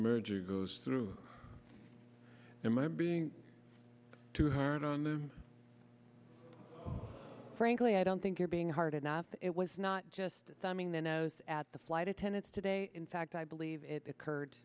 merger goes through and my being too hard on them frankly i don't think you're being hard enough it was not just a thumbing their nose at the flight attendants today in fact i believe it occurred